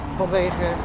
vanwege